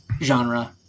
genre